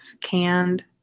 canned